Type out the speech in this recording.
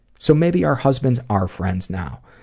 so maybe our husbands are friends now.